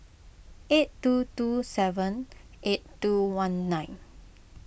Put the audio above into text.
eight two two seven eight two one nine